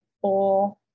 four